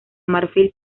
marfil